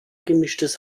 gemischtes